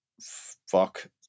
fuck